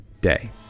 day